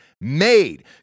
made